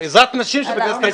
עזרת נשים של בית כנסת אחד.